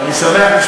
מחר יש דיון,